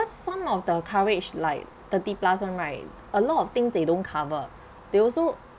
some of the coverage like thirty plus [one] right a lot of things they don't cover they also